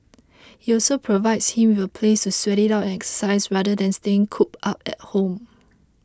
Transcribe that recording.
it also provides him with a place to sweat it out and exercise rather than staying cooped up at home